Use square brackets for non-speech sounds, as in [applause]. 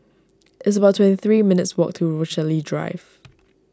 it's about twenty three minutes' walk to Rochalie Drive [noise]